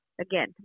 again